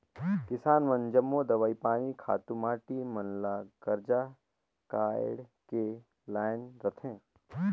किसान मन जम्मो दवई पानी, खातू माटी मन ल करजा काएढ़ के लाएन रहथें